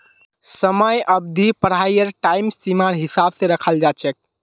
समयावधि पढ़ाईर टाइम सीमार हिसाब स रखाल जा छेक